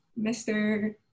Mr